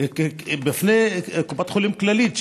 הוא שקופת חולים כללית,